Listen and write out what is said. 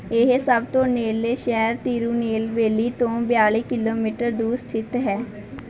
ਇਹ ਸਭ ਤੋਂ ਨੇੜਲੇ ਸ਼ਹਿਰ ਤਿਰੂਨੇਲਵੇਲੀ ਤੋਂ ਬਿਆਲੀ ਕਿਲੋਮੀਟਰ ਦੂਰ ਸਥਿਤ ਹੈ